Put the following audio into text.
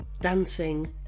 dancing